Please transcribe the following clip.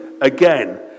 again